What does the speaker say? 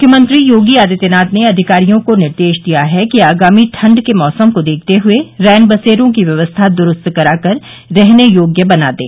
मुख्यमंत्री योगी आदित्यनाथ ने अधिकारियों को निर्देश दिया है कि आगामी ठण्ड के मौसम को देखते हए रैन बसेरो की व्यवस्था दुरूस्त कराकर रहने योग्य बना दें